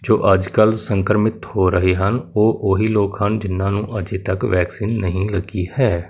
ਜੋ ਅੱਜ ਕੱਲ੍ਹ ਸੰਕ੍ਰਮਿਤ ਹੋ ਰਹੇ ਹਨ ਉਹ ਓਹੀ ਲੋਕ ਹਨ ਜਿਹਨਾਂ ਨੂੰ ਅਜੇ ਤੱਕ ਵੈਕਸੀਨ ਨਹੀਂ ਲੱਗੀ ਹੈ